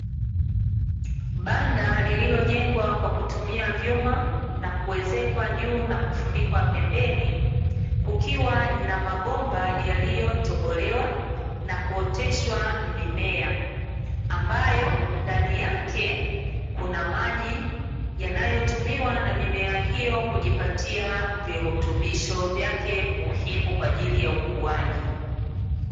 Banda lililojengwa kwa kutumia vyuma na kuezekwa juu na kufunikwa pembeni kukiwa na mabomba yaliyotobolewa na kuoteshwa mimea, ambayo ndani yake kuna maji yanayotumiwa na mimea hiyo kujipatia virutubisho vyake muhimu kwa ajili ya ukuaji.